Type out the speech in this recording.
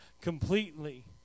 completely